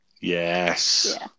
Yes